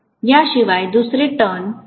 याशिवाय दुसरे वळण नाही